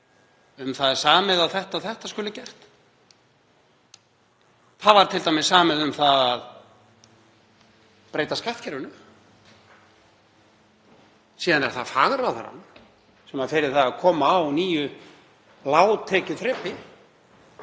Um það er samið að þetta og hitt skuli gert. Það var til dæmis samið um að breyta skattkerfinu. Síðan er það fagráðherrann sem fer í það að koma á nýju lágtekjuþrepi.